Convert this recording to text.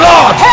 Lord